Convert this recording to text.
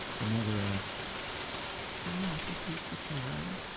the mother asked how is it with the child?